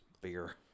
beer